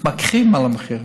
מתמקחים על המחירים,